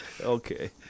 Okay